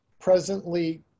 presently